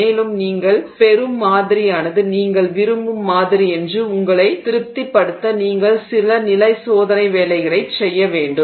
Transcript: மேலும் நீங்கள் பெறும் மாதிரியானது நீங்கள் விரும்பும் மாதிரி என்று உங்களை திருப்திப்படுத்த நீங்கள் சில நிலை சோதனை வேலைகளைச் செய்ய வேண்டும்